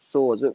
so 我是